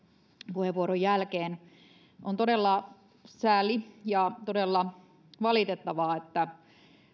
puheenvuoron jälkeen on todella sääli ja todella valitettavaa että